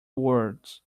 words